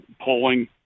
polling